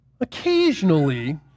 Occasionally